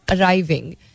arriving